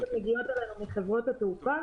מגיעות אלינו מחברות התעופה